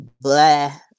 Blah